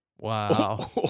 Wow